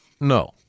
No